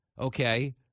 okay